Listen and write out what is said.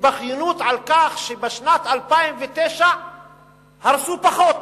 התבכיינות על כך שבשנת 2009 הרסו פחות.